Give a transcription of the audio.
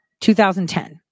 2010